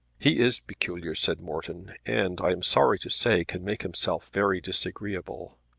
he is peculiar, said morton, and i am sorry to say can make himself very disagreeable.